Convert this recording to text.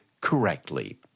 correctly